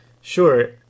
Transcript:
sure